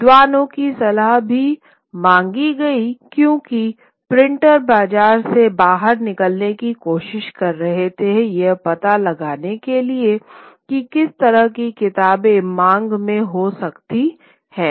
विद्वानों की सलाह भी मांगी गई क्योंकि प्रिंटर बाजार से बाहर निकलने की कोशिश कर रहे थे यह पता लगाने के लिए कि किस तरह की किताबें मांग में हो सकती हैं